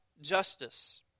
justice